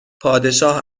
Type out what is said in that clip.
پادشاه